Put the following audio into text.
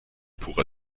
purer